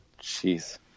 jeez